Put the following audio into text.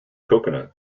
coconut